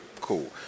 Cool